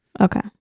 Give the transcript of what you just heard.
Okay